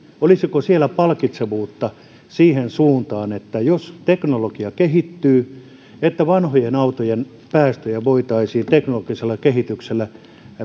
olisiko siellä palkitsevuutta siihen suuntaan että jos teknologia kehittyy vanhojen autojen päästöjä voitaisiin teknologisella kehityksellä